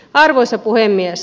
arvoisa puhemies